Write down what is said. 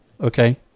Okay